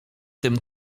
tym